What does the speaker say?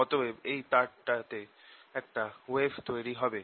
অতএব এই তারটাতে একটা ওয়েভ তৈরি হবে